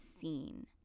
scene